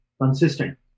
consistent